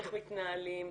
איך מתנהלים.